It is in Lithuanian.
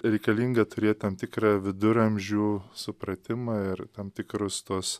reikalinga turėt tam tikrą viduramžių supratimą ir tam tikrus tuos